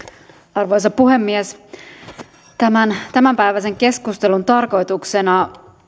arvoisa puhemies tämän tämänpäiväisen keskustelun tarkoituksena